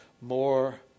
more